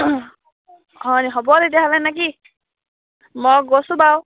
হয়নি হ'ব তেতিয়াহ'লে নে কি মই গৈছোঁ বাৰু